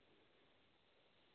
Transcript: set भी तो ज़्यादा है